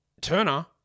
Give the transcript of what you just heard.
Turner